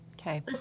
Okay